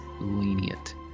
lenient